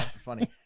funny